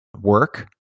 work